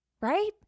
right